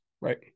Right